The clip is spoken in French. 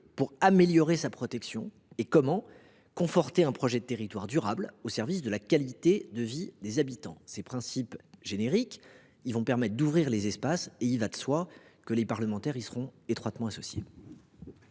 pour améliorer sa protection et conforter un projet de territoire durable au service de la qualité de vie des habitants. Ces principes génériques permettront d’ouvrir les espaces. Il va de soi que les parlementaires seront étroitement associés